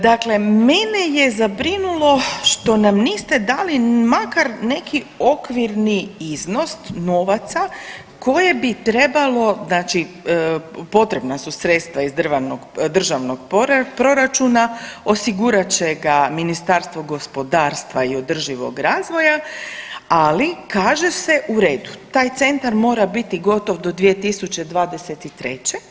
Dakle mene je zabrinulo što nam niste dali makar neki okvirni iznos novaca koje bi trebalo znači potrebna su sredstva iz državnog proračuna osigurat će ga Ministarstvo gospodarstva i održivog razvoja, ali kaže se u redu taj centar mora biti gotov do 2023.